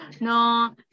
no